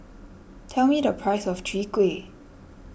tell me the price of Chwee Kueh